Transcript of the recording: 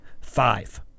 five